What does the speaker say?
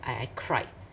I I cried